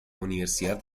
universidad